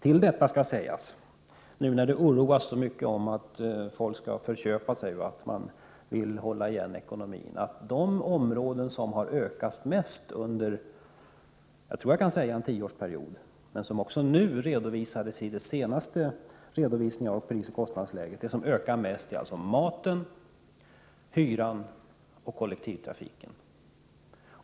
Till detta skall läggas — nu när man vill hålla igen i ekonomin och oroar sig så mycket för att folk skall förköpa sig — att de områden där kostnaderna ökat mest under en tioårsperiod och även i den senaste redovisningen av prisoch kostnadsläget är maten, hyran och kollektivtrafiken.